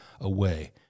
away